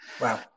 Wow